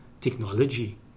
technology